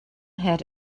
had